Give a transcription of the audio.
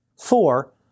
Four